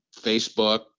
Facebook